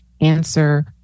answer